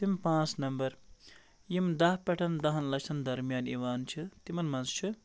تِم پانٛژھ نَمبر یِم دَہ پٮ۪ٹھٮ۪ن دَہَن لَچھَن درمیان یِوان چھِ تِمَن منٛز چھِ